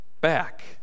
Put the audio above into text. back